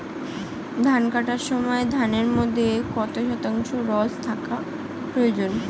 ধান কাটার সময় ধানের মধ্যে কত শতাংশ রস থাকা প্রয়োজন?